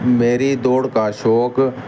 میری دوڑ کا شوق